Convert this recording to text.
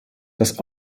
das